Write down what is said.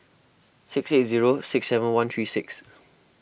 six eight zero six seven one three six